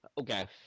okay